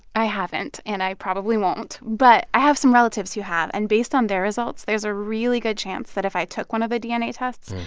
i haven't, and i probably won't. but i have some relatives who have. and based on their results, there's a really good chance that if i took one of the dna tests,